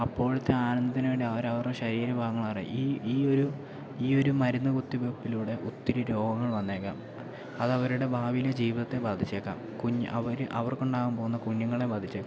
അപ്പോഴത്തെ ആനന്ദത്തിനുവേണ്ടി അവർ അവരുടെ ശരീരഭാഗങ്ങൾ അവരെ ഈ ഈ ഒരു ഈ ഒരു മരുന്ന് കുത്തിവെപ്പിലൂടെ ഒത്തിരി രോഗങ്ങൾ വന്നേക്കാം അത് അവരുടെ ഭാവിയിലെ ജീവിതത്തെ ബാധിച്ചേക്കാം കുഞ്ഞ് അവർ അവർക്കുണ്ടാകാൻ പോകുന്ന കുഞ്ഞുങ്ങളെ ബാധിച്ചേക്കാം